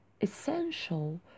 essential